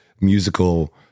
musical